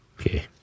okay